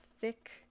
thick